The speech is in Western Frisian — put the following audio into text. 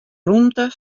rûmte